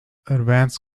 advanced